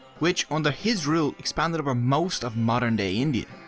which under his rule expanded over most of modern day india.